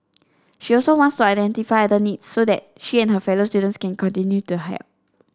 she also wants to identify other needs so that she and her fellow students can continue to help